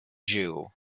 jew